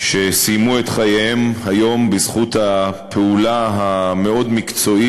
שסיימו את חייהם היום בזכות הפעולה המאוד-מקצועית